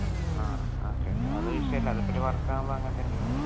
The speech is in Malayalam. ഉം ആ ആ ഓക്കെ ഓക്കെ അത് ശരിയല്ല അതിപ്പോൾ ഒര് വർക്കാവുമ്പോൾ അങ്ങനെത്തന്നെയാണല്ലോ